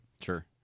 Sure